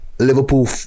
Liverpool